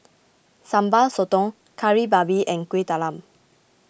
Sambal Sotong Kari Babi and Kuih Talam